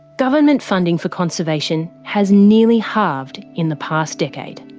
government funding for conservation has nearly halved in the past decade.